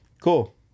cool